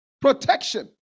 protection